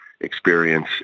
experience